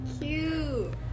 Cute